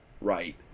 right